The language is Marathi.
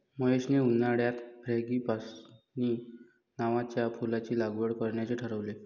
महेशने उन्हाळ्यात फ्रँगीपानी नावाच्या फुलाची लागवड करण्याचे ठरवले